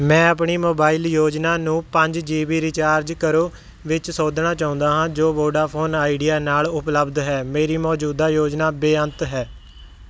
ਮੈਂ ਆਪਣੀ ਮੋਬਾਈਲ ਯੋਜਨਾ ਨੂੰ ਪੰਜ ਜੀ ਬੀ ਰੀਚਾਰਜ ਕਰੋ ਵਿੱਚ ਸੋਧਣਾ ਚਾਹੁੰਦਾ ਹਾਂ ਜੋ ਵੋਡਾਫੋਨ ਆਈਡੀਆ ਨਾਲ ਉਪਲਬਧ ਹੈ ਮੇਰੀ ਮੌਜੂਦਾ ਯੋਜਨਾ ਬੇਅੰਤ ਹੈ